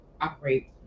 operate